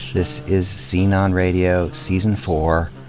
this is scene on radio season four,